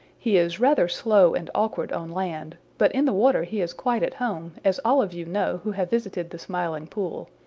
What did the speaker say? he is rather slow and awkward on land but in the water he is quite at home, as all of you know who have visited the smiling pool.